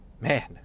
man